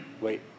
Wait